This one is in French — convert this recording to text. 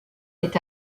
est